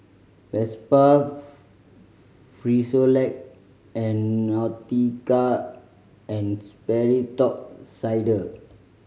Vespa Frisolac and Nautica and Sperry Top Sider